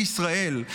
בישראל.